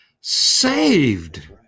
saved